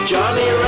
Johnny